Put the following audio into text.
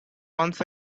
once